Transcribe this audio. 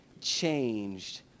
changed